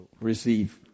receive